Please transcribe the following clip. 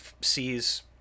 sees